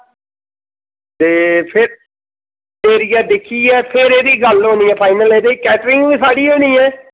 एह् फिर एरिया दिक्खियै फिर एह्दी गल्ल होनी फाईनल ते एह्दे ई केटरिंग बी साढ़ी होनी ऐ